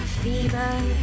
fever